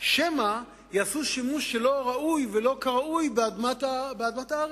שמא יעשו שימוש שלא ראוי ולא כראוי באדמת הארץ,